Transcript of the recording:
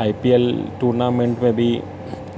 आई P L tournament में बि